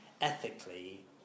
ethically